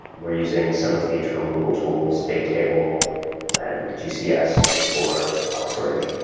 we're using some of the internal google tools, big table and gcs for file storage.